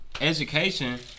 Education